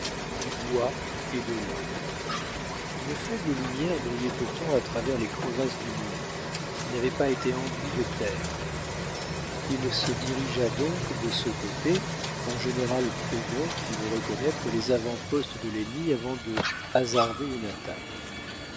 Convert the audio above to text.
du bois et de l'eau une faible lumière brillait pourtant à travers les crevasses du mur qui n'avaient pas été enduits de terre il se dirigea donc de ce côté en général prudent qui veut reconnaître les avantpostes de l'ennemi avant de hasarder une attaque